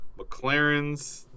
McLarens